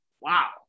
Wow